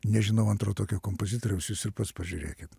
nežinau antro tokio kompozitoriaus jūs ir pats pažiūrėkit